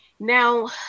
Now